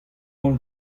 holl